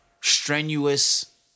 strenuous